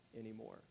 anymore